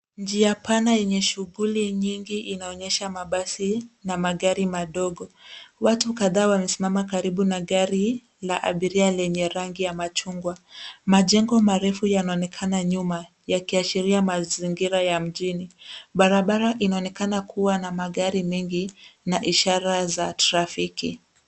Njia pana yenye shuguli nyingi inaonyesha mabasi na magari madogo, watu kadhaa wamesiama karibu na gari la abiria lenye rangi ya machungwa. Majengo marefu yanaonekana nyuma yakiashiria mazingira ya mjini, barabara inaonekana kuwa na magari mengi na ishara za trafiki.